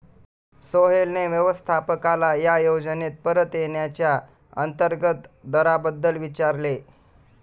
सोहेलने व्यवस्थापकाला या योजनेत परत येण्याच्या अंतर्गत दराबद्दल विचारले